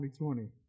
2020